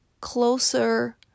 closer